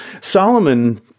Solomon